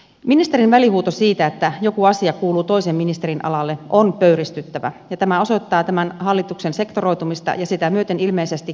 ministerin välihuuto siitä että joku asia kuuluu toisen ministerin alalle on pöyristyttävä ja tämä osoittaa tämän hallituksen sektoroitumista ja sitä myöten ilmeisesti keskustelemattomuutta